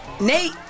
Nate